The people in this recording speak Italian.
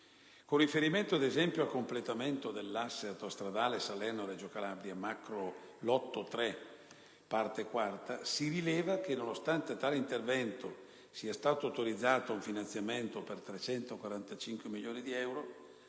Con riferimento, ad esempio, al completamento dell'asse autostradale Salerno-Reggio Calabria (macrolotto 3, parte 4) si rileva che nonostante per tale intervento sia stato autorizzato un finanziamento per 345 milioni di euro,